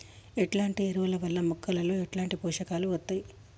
ఎట్లాంటి ఎరువుల వల్ల మొక్కలలో ఎట్లాంటి పోషకాలు వత్తయ్?